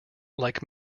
like